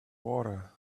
water